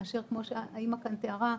מאשר כמו שהאימא כאן תיארה,